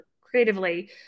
creatively